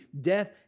death